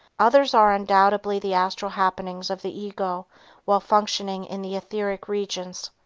others are undoubtedly the astral happenings of the ego while functioning in the etheric regions.